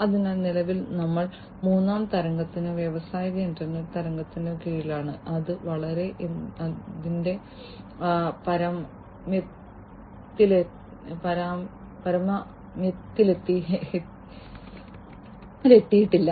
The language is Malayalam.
അതിനാൽ നിലവിൽ ഞങ്ങൾ മൂന്നാം തരംഗത്തിനോ വ്യാവസായിക ഇന്റർനെറ്റ് തരംഗത്തിനോ കീഴിലാണ് അത് ഇതുവരെ അതിന്റെ പാരമ്യത്തിലെത്തിയിട്ടില്ല